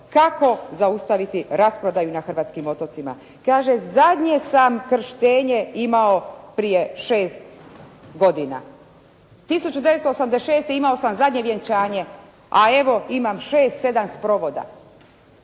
kako zaustaviti rasprodaju na hrvatskim otocima.» Kaže: «Zadnje sam krštenje imao prije 6 godina. 1986. imao sam zadnje vjenčanje. A evo imam 6, 7 sprovoda.»